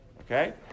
okay